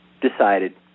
decided